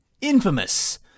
Infamous